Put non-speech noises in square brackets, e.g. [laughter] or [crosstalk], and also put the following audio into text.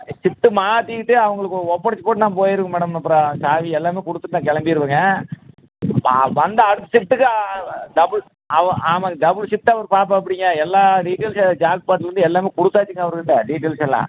shift மாத்திவிட்டு அவங்களுக்கு ஒப்படைச்சி போட்டு நான் போய்டுவேன் மேடம் அப்புறம் சாவி எல்லாம் கொடுத்துட்டு நான் கிளம்பிருவேங்க [unintelligible] வந்து அடுத்த ஷிஃப்ட்டுக்கு டபுள் ஆமாம் ஆமாங்க டபுள் ஷிஃப்ட்டாக அவர் பாப்பாப்படிங்க எல்லா டீட்டெயில்ஸு ஜாப் ஸ்பாட்லேருந்து எல்லாம் கொடுத்தாச்சிங்க அவர் கிட்டே டீட்டெயில்ஸ் எல்லாம்